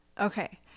Okay